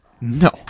No